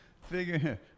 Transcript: figure